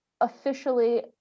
officially